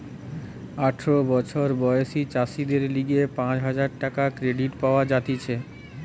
আঠারো বছর বয়সী চাষীদের লিগে পাঁচ হাজার টাকার ক্রেডিট পাওয়া যাতিছে